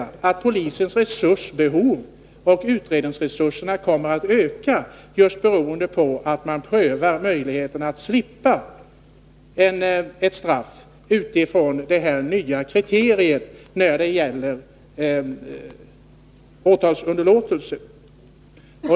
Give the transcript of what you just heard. Polisens behov av utredningsresurser kan också komma att öka, just beroende på att den misstänkte prövar möjligheterna att slippa straff utifrån detta nya kriterium när det gäller åtalsunderlåtelse.